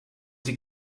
sie